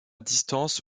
distance